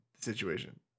situation